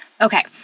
okay